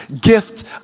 gift